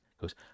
goes